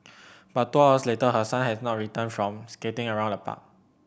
but two hours later her son had not returned from skating around the park